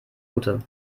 gute